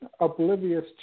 oblivious